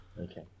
Okay